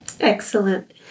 Excellent